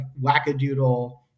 wackadoodle